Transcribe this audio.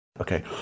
okay